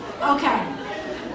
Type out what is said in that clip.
Okay